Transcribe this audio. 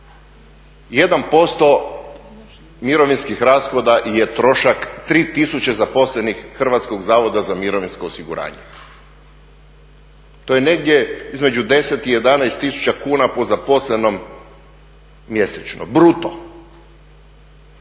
1% mirovinskih rashoda je trošak 3 tisuće zaposlenih Hrvatskog zavoda za mirovinsko osiguranje. To je negdje između 10 i 11 tisuća kuna po zaposlenom mjesečno, bruto.